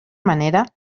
manera